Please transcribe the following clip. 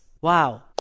Wow